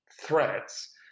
threats